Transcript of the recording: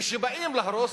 כשבאים להרוס,